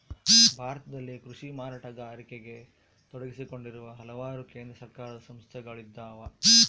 ಭಾರತದಲ್ಲಿ ಕೃಷಿ ಮಾರಾಟಗಾರಿಕೆಗ ತೊಡಗಿಸಿಕೊಂಡಿರುವ ಹಲವಾರು ಕೇಂದ್ರ ಸರ್ಕಾರದ ಸಂಸ್ಥೆಗಳಿದ್ದಾವ